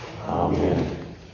Amen